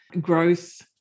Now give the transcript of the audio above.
growth